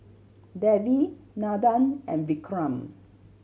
Devi Nandan and Vikram